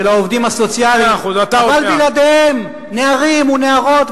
שעות נוספות שלא משולמות ממילא".